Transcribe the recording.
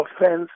offense